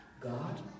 God